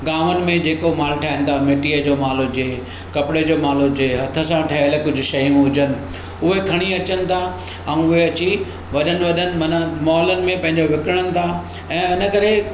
गांवनि में जेको माल ठाहिनि था मिटीअ जो माल हुजे कपिड़े जो माल हुजे हथु सां ठहियल कुझु शयूं हुजनि उहे खणी अचनि था ऐं उहे अची वॾनि वॾनि माना मोलनि में पंहिंजो विकणनि था ऐं इनकरे